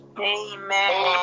Amen